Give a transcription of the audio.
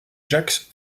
jacques